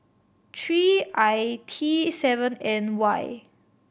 three I T seven N Y